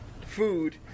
food